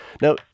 Now